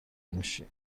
میشی